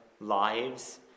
lives